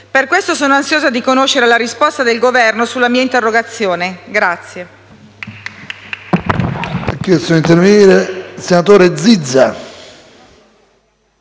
Per questo sono ansiosa di conoscere la risposta del Governo alla mia interrogazione.